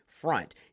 front